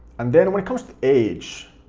and then when it comes to age,